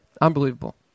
Unbelievable